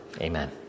Amen